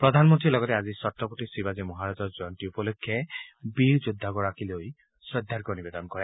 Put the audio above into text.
প্ৰধানমন্ত্ৰীয়ে লগতে আজি ছত্ৰপতি শিৱাজী মহাৰাজৰ জয়ন্তী উপলক্ষে বীৰ যোদ্ধাগৰাকীলৈ শ্ৰদ্ধাৰ্ঘ্য নিৱেদন কৰিছে